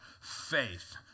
faith